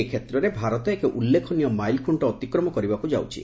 ଏହି କ୍ଷେତ୍ରରେ ଭାରତ ଏକ ଉଲ୍ଲେଖନୀୟ ମାଇଲଖୁଣ୍ଟ ଅତିକ୍ରମ କରିବାକୁ ଯାଉଛି